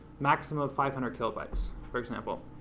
maximum of five hundred kilobytes, for example.